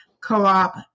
co-op